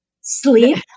sleep